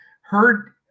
heard